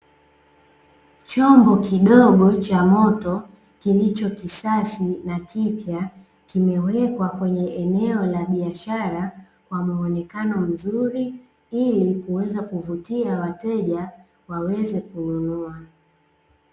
Chombo kidogo cha moto kilicho kisafi na kipya, kimewekwa kwenye eneo la biashara kwa muonekano mzuri, ili kuweza kuvutia wateja waweze kununua.